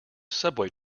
subway